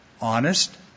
honest